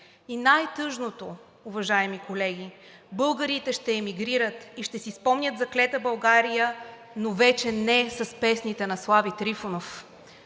И най-тъжното, уважаеми колеги – българите ще емигрират и ще си спомнят за клета България, но вече не с песните на Слави Трифонов.